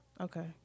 okay